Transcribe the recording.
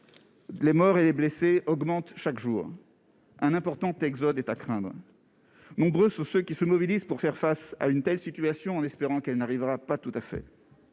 les morts et les blessés augmente chaque jour un important exode est à craindre, nombreux sont ceux qui se mobilisent pour faire face à une telle situation, en espérant qu'elle n'arrivera pas tout à fait,